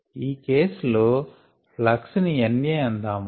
ఈ కేస్ లో ఫ్లక్స్ ని NA అందాము